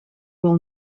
will